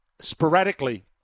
sporadically